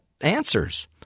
answers